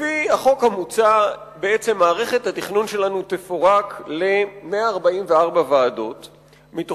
לפי החוק המוצע בעצם מערכת התכנון שלנו תפורק ל-144 ועדות,